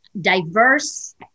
diverse